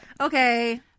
Okay